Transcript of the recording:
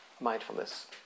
mindfulness